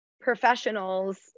professionals